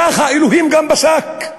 ככה אלוהים גם פסק.